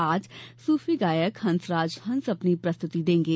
आज सूफी गायक हसराज हस अपनी प्रस्तुति देंगे